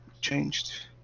changed